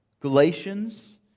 Galatians